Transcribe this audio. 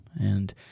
and-